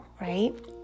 Right